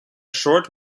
short